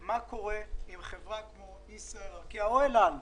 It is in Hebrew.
מה קורה עם חברה כמו ישראייר, ארקיע או אל-על?